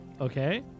Okay